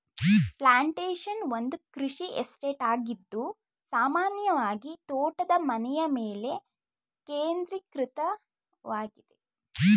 plantation ಒಂದು ಕೃಷಿ estate ಆಗಿದ್ದು ಸಾಮಾನ್ಯವಾಗಿತೋಟದ ಮನೆಯಮೇಲೆ ಕೇಂದ್ರೀಕೃತವಾಗಿದೆ